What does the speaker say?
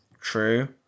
True